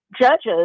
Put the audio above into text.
judges